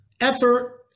effort